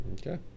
Okay